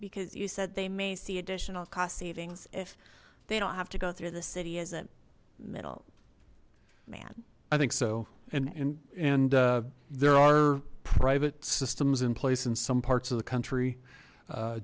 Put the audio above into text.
because you said they may see additional cost savings if they don't have to go through the city is a middle man i think so and and there are private systems in place in some parts of the country